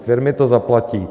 Firmy to zaplatí.